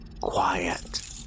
Quiet